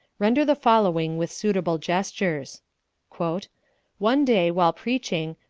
render the following with suitable gestures one day, while preaching,